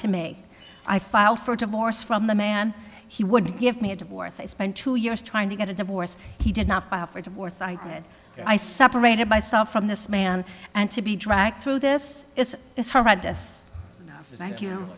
to me i filed for divorce from the man he would give me a divorce i spent two years trying to get a divorce he did not file for divorce i did i separated myself from this man and to be dragged through this is horrendous thank you